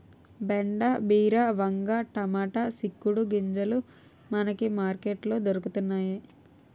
బెండ బీర వంగ టమాటా సిక్కుడు గింజలు మనకి మార్కెట్ లో దొరకతన్నేయి